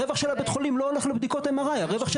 הרווח של בית החולים לא הולך לבדיקות MRI. הרווח של